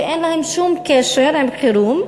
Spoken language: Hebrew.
שאין להם שום קשר עם חירום,